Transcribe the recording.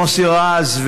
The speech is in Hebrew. מוסי רז,